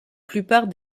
plupart